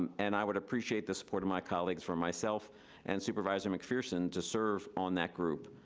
um and i would appreciate the support of my colleagues for myself and supervisor mcpherson to serve on that group,